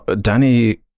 danny